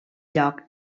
lloc